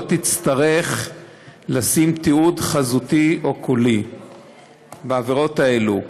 היא לא תצטרך תיעוד חזותי או קולי בעבירות האלה.